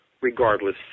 regardless